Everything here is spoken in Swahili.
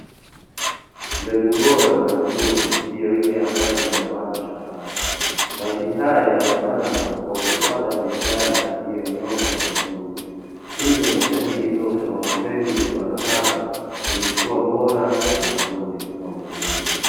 Mbegu bora na nzuri ndiyo ile ambayo inayopandwa shambani. Mahindi haya yamepandwa kwa kufwata mistari iliyonyooka vizuri, hivyo ni ushaidi tosha kwamba mbegu iliyopandwa hapa ilikuwa bora na nzuri kwa mkulima.